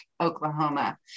Oklahoma